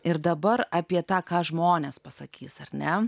ir dabar apie tą ką žmonės pasakys ar ne